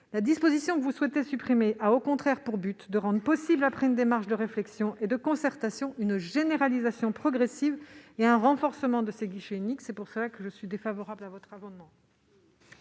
la disposition que vous souhaitez supprimer est au contraire de rendre possible, après une démarche de réflexion et de concertation, une généralisation progressive et un renforcement de ces guichets uniques. C'est pourquoi je suis défavorable à cet amendement.